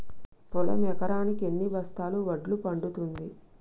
పొలం ఎకరాకి ఎన్ని బస్తాల వడ్లు పండుతుంది?